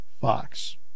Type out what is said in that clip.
Fox